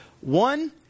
One